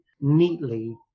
neatly